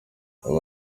ubu